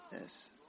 Yes